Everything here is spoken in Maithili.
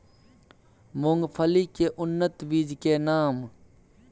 मूंगफली के उन्नत बीज के नाम?